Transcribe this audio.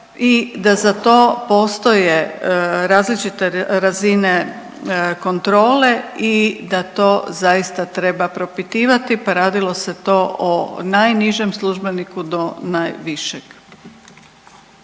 i da za to postoje različite razine kontrole i da to zaista treba propitivati, pa radilo se to o najnižem službeniku do najvišeg.